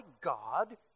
God